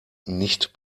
nicht